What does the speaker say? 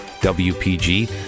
W-P-G